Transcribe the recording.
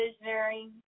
visionary